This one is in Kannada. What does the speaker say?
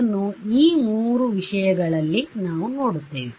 ಇದನ್ನು ಈ ಮೂರು ವಿಷಯಗಲ್ಲಿ ನಾವು ನೋಡುತ್ತೇವೆ